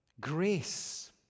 Grace